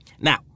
Now